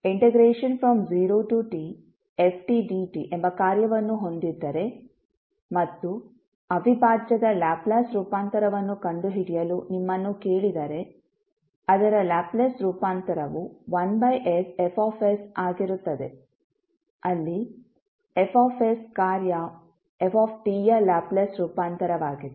ನೀವು 0tftdt ಎಂಬ ಕಾರ್ಯವನ್ನು ಹೊಂದಿದ್ದರೆ ಮತ್ತು ಅವಿಭಾಜ್ಯದ ಲ್ಯಾಪ್ಲೇಸ್ ರೂಪಾಂತರವನ್ನು ಕಂಡುಹಿಡಿಯಲು ನಿಮ್ಮನ್ನು ಕೇಳಿದರೆ ಅದರ ಲ್ಯಾಪ್ಲೇಸ್ ರೂಪಾಂತರವು 1sF ಆಗಿರುತ್ತದೆ ಅಲ್ಲಿ F ಕಾರ್ಯ ft ಯ ಲ್ಯಾಪ್ಲೇಸ್ ರೂಪಾಂತರವಾಗಿದೆ